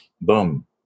boom